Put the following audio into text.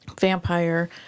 vampire